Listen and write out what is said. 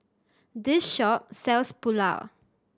this shop sells Pulao